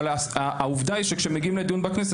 אבל העובדה היא שכמגיעים לדיון בכנסת,